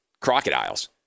crocodiles